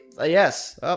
Yes